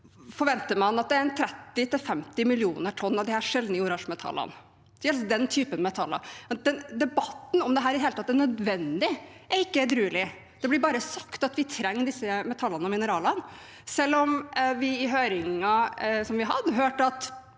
forventer man at det er 30–50 millioner tonn av disse sjeldne jordartsmetallene. Når det gjelder disse metallene: Debatten om dette i det hele tatt er nødvendig, er ikke edruelig. Det blir bare sagt at vi trenger disse metallene og mineralene, selv om vi i høringen vi hadde, hørte